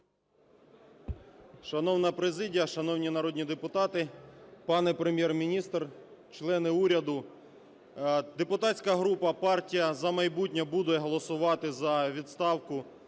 Шановна президія, шановні народні депутати, пане Прем'єр-міністре, члени уряду! Депутатська група, партія "За майбутнє" буде голосувати за відставку